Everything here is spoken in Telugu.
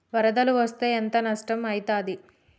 వరదలు వస్తే ఎంత నష్టం ఐతది?